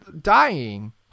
dying